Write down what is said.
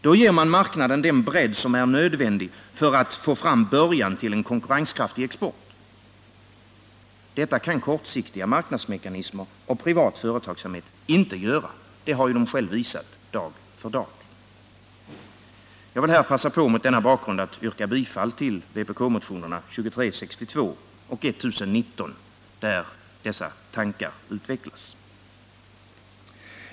Då ger man marknaden den bredd som är nödvändig för att få fram början till en konkurrenskraftig export. Detta kan kortsiktiga marknadsmekanismer och privat företagsamhet inte göra — det har de själva visat dag för dag. Mot denna bakgrund vill jag här passa på att yrka bifall till vpk-motionerna 2362 och 1019 samt 1642 i motsvarande del, där dessa tankar utvecklas.